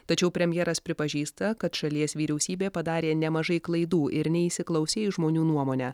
tačiau premjeras pripažįsta kad šalies vyriausybė padarė nemažai klaidų ir neįsiklausė į žmonių nuomonę